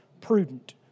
prudent